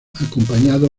acompañado